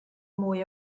mwy